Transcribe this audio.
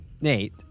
Nate